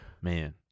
man